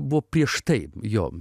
buvo prieš tai jo